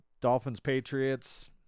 Dolphins-Patriots